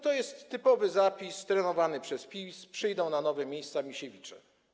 To jest typowy zapis trenowany przez PiS: przyjdą na nowe miejsca Misiewicze.